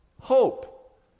hope